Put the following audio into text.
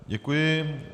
Děkuji.